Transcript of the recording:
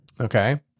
Okay